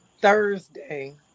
Thursday